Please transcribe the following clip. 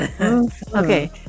okay